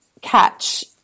catch